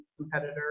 competitor